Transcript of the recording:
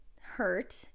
hurt